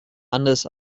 anders